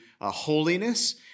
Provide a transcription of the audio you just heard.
holiness